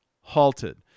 halted